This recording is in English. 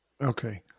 Okay